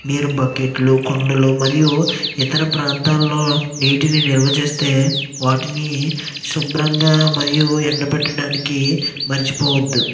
మీరు బకెట్లు కుండలు మరియు ఇతర ప్రాంతాల్లో నీటిని నిల్వ చేస్తే వాటిని శుభ్రంగా మరియు ఎండబెట్టడానికి మరిచిపోవద్దు